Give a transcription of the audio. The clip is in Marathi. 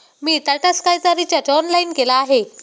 मी टाटा स्कायचा रिचार्ज ऑनलाईन केला आहे